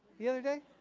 the other day?